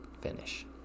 finish